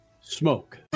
smoke